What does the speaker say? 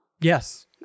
Yes